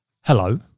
hello